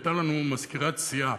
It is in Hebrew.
הייתה לנו מזכירת סיעה,